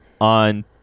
on